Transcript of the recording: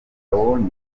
abonye